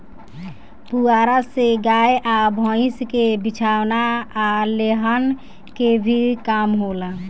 पुआरा से गाय आ भईस के बिछवाना आ लेहन के भी काम होला